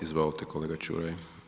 Izvolite kolega Čuraj.